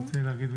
תודה.